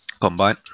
combine